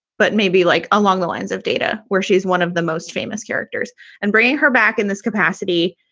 but maybe like along the lines of data where she is one of the most famous characters and bringing her back in this capacity.